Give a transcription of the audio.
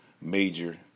major